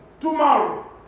tomorrow